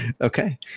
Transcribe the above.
Okay